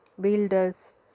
builders